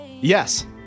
Yes